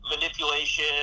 manipulation